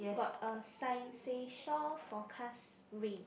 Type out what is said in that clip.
got a sign say shore forecast rain